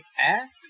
act